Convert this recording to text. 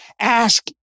Ask